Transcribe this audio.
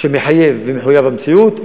שהוא מחייב ומחויב המציאות,